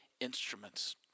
instruments